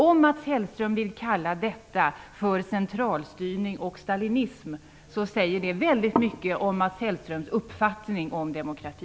Om Mats Hellström vill kalla detta för centralstyrning och stalinism säger det väldigt mycket om Mats Hellströms uppfattning om demokrati.